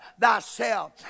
thyself